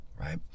right